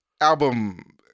album